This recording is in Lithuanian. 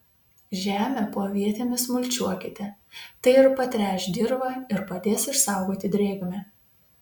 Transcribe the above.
žemę po avietėmis mulčiuokite tai ir patręš dirvą ir padės išsaugoti drėgmę